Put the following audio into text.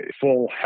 full